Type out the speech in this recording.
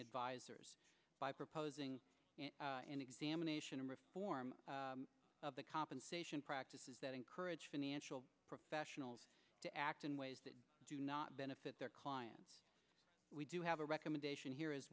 advisers by proposing an examination of reform of the compensation practices that encourage financial professionals to act in ways that do not benefit their clients we do have a recommendation here as